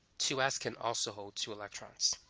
two s can also hold two electrons